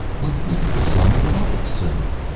what makes the sun wabble so?